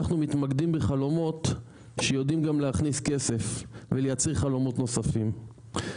אנחנו מתמקדים בחלומות שיודעים גם להכניס כסף ולייצר גם חלומות נוספים,